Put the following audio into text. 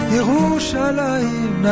Yerushalayim